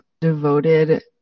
devoted